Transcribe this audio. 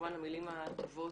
כמובן למילים הטובות,